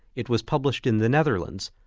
it was published in the netherlands,